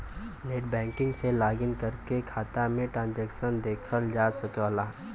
net banking से login करके खाता में ट्रांसैक्शन देखल जा सकला